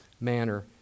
manner